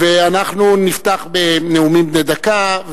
אנחנו נפתח בנאומים בני דקה.